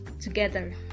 together